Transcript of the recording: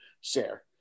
Share